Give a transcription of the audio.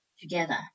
together